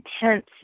intense